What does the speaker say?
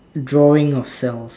drawing of cells